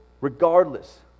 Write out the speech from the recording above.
regardless